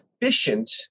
efficient